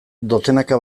dozenaka